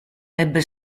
ebbe